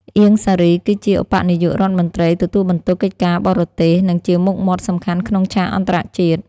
អៀង សារី គឺជាឧបនាយករដ្ឋមន្ត្រីទទួលបន្ទុកកិច្ចការបរទេស និងជាមុខមាត់សំខាន់ក្នុងឆាកអន្តរជាតិ។